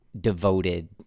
devoted